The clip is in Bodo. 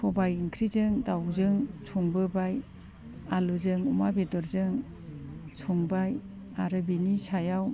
सबाय ओंख्रिजों दाउजों संबोबाय आलुजों अमा बेदरजों संबाय आरो बेनि सायाव